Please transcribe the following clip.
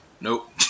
nope